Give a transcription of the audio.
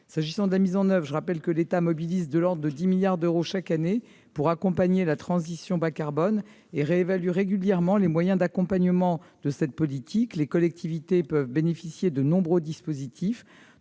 S'agissant de la mise en oeuvre, je rappelle que l'État mobilise de l'ordre de 10 milliards d'euros chaque année pour accompagner la transition bas-carbone et qu'il réévalue régulièrement les moyens d'accompagnement de cette politique. Les collectivités territoriales peuvent bénéficier de nombreux dispositifs,